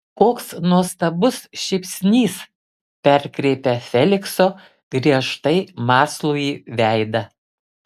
koks nuostabus šypsnys perkreipia felikso griežtai mąslųjį veidą